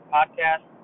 Podcast